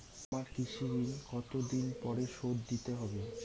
আমার কৃষিঋণ কতদিন পরে শোধ দিতে হবে?